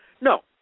No